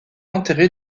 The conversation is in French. enterré